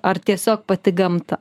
ar tiesiog pati gamta